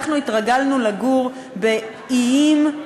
אנחנו התרגלנו לגור באיים,